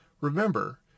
Remember